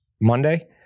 Monday